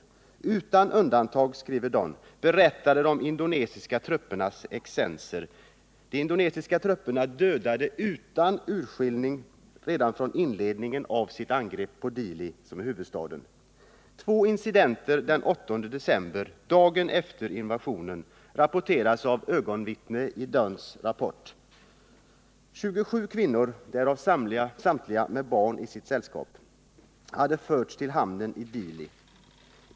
”Utan undantag”, skriver Dunn, ”berättade de om de indonesiska truppernas excesser.” De indonesiska trupperna ”dödade utan urskillning från inledningen av sitt angrepp på Dili”, huvudstaden. Två incidenter den 8 december, dagen efter invasionen, rapporteras av ögonvittnen i Dunns rapport. 27 kvinnor, därav somliga med barn i sitt sällskap, hade förts till hamnen i Dili.